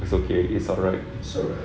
it's okay it's alright